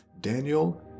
Daniel